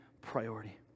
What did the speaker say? priority